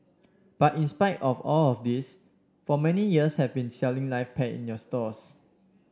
but in spite of all of this for many years have been selling live pets in your stores